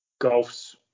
golf's